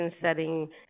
setting